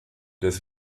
des